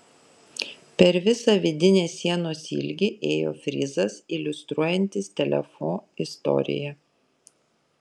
per visą vidinės sienos ilgį ėjo frizas iliustruojantis telefo istoriją